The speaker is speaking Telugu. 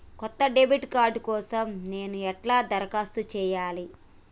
కొత్త డెబిట్ కార్డ్ కోసం నేను ఎట్లా దరఖాస్తు చేయాలి?